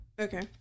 okay